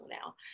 now